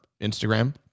Instagram